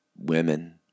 women